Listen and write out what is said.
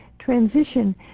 transition